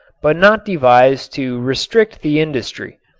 but not devised to restrict the industry.